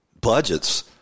Budgets